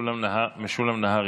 משולם נהרי,